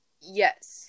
Yes